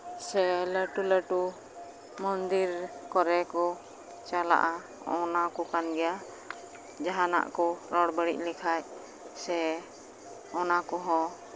ᱥᱮ ᱞᱟᱹᱴᱩ ᱞᱟᱹᱴᱩ ᱢᱚᱱᱫᱤᱨ ᱠᱚᱨᱮ ᱠᱚ ᱪᱟᱞᱟᱜᱼᱟ ᱚᱱᱟ ᱠᱚ ᱠᱟᱱ ᱜᱮᱭᱟ ᱡᱟᱦᱟᱸ ᱱᱟᱜ ᱠᱚ ᱨᱚᱲ ᱵᱟᱹᱲᱤᱡ ᱞᱮᱠᱷᱟᱡ ᱥᱮ ᱚᱱᱟ ᱠᱚᱦᱚᱸ